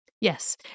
Yes